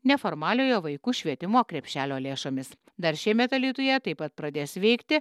neformaliojo vaikų švietimo krepšelio lėšomis dar šiemet alytuje taip pat pradės veikti